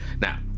Now